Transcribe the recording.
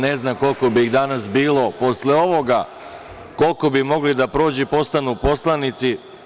Ne znam koliko bi ih danas bilo, posle ovoga koliko bi mogli da prođu i postanu poslanici.